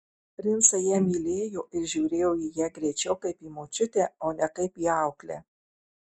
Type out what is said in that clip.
princai ją mylėjo ir žiūrėjo į ją greičiau kaip į močiutę o ne kaip į auklę